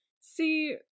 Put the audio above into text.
see